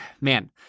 man